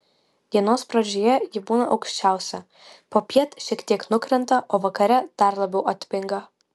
dienos pradžioje ji būna aukščiausia popiet šiek tiek nukrenta o vakare dar labiau atpinga